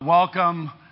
welcome